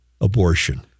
abortion